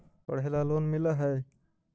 पढ़े ला लोन मिल है?